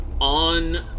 on